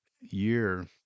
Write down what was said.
year